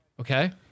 okay